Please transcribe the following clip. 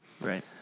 Right